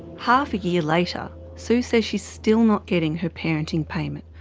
half a year later, sue says she's still not getting her parenting payment.